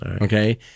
okay